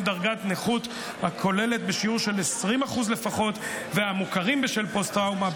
דרגת נכות כוללת בשיעור של 20% לפחות והמוכרים בשל פוסט-טראומה,